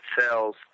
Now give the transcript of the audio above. cells